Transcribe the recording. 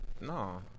no